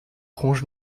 ronge